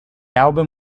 album